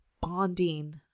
bonding